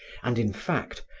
and, in fact,